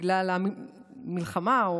בגלל המלחמה,